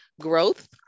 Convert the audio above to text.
growth